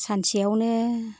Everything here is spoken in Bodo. सानसेयावनो